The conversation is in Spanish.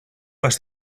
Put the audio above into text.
más